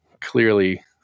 clearly